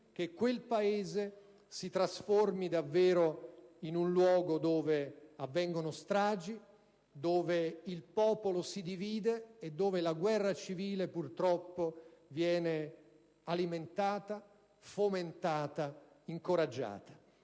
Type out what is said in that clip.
che quel Paese si trasformi davvero in un luogo dove avvengono stragi, dove il popolo si divide e dove la guerra civile purtroppo viene alimentata, fomentata, incoraggiata.